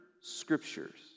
scriptures